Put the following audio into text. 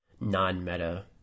non-meta